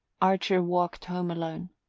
archer walked home alone.